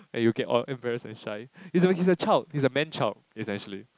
and he'll get all embarrassed and shy he's a he's a child he's a man child is actually